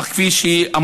אך כפי שאמרתי,